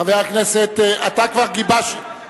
חבר הכנסת גפני,